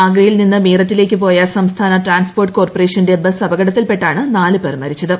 ആഗ്രയിൽ നിന്ന് മീററ്റിലേക്ക് പോയ സംസ്ഥാന ട്രാൻസ്പോർട്ട് കോർപ്പറേഷന്റെ ബസ് അപകടത്തിൽപ്പെട്ടാണ് നാല് പേർ മരിച്ചത്